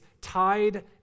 tied